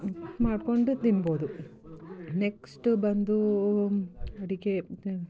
ಮಾಡಿಕೊಂಡು ತಿನ್ಬೋದು ನೆಕ್ಸ್ಟ್ ಬಂದು ಅಡುಗೆ